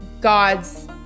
God's